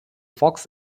fox